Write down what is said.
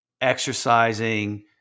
exercising